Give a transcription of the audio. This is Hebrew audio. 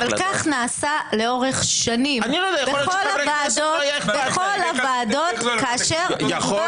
אבל כך נעשה לאורך שנים בכל הוועדות כאשר מדובר היה ברוויזיות.